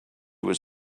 was